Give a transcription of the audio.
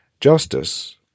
Justice